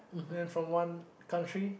then from one country